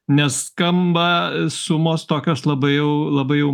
nes skamba sumos tokios labai jau labai jau